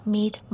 Meet